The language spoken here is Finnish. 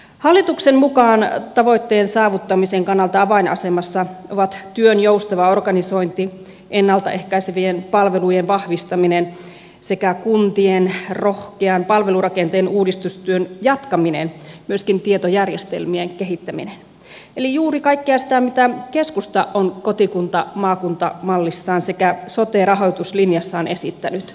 hallituksen mukaan tavoitteen saavuttamisen kannalta avainasemassa ovat työn joustava organisointi ennalta ehkäisevien palvelujen vahvistaminen sekä kuntien rohkean palvelurakenteen uudistustyön jatkaminen myöskin tietojärjestelmien kehittäminen eli juuri kaikkea sitä mitä keskusta on kotikuntamaakunta mallissaan sekä sote rahoituslinjassaan esittänyt